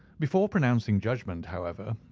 before pronouncing judgment, however,